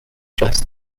just